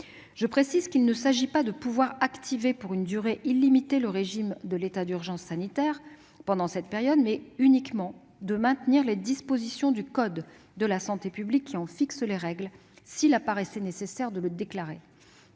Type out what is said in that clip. Je précise qu'il s'agit non pas de pouvoir activer pour une durée illimitée le régime de l'état d'urgence sanitaire pendant cette période, mais uniquement de maintenir les dispositions du code de la santé publique qui en fixent les règles, s'il apparaissait nécessaire de le déclarer.